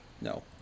No